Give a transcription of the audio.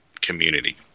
community